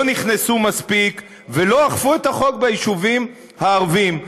לא נכנסו מספיק ולא אכפו את החוק ביישובים הערביים.